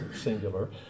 singular